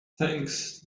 thanks